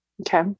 Okay